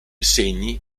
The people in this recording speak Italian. segni